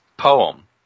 poem